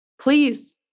please